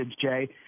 Jay